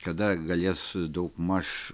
kada galės daugmaž